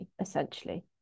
essentially